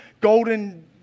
golden